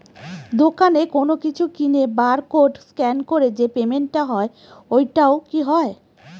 দোকানে কোনো কিছু কিনে বার কোড স্ক্যান করে যে পেমেন্ট টা হয় ওইটাও কি হয়?